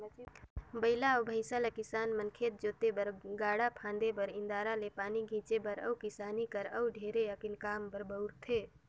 बइला अउ भंइसा ल किसान मन खेत जोते बर, गाड़ा फांदे बर, इन्दारा ले पानी घींचे बर अउ किसानी कर अउ ढेरे अकन काम बर बउरथे